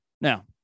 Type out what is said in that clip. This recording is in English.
Now